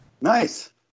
Nice